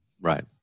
Right